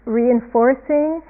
reinforcing